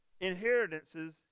Inheritances